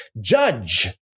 judge